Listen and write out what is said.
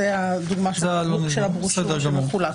זאת הדוגמה של הברושור שמחולק.